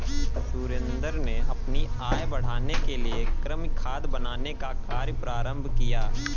सुरेंद्र ने अपनी आय बढ़ाने के लिए कृमि खाद बनाने का कार्य प्रारंभ किया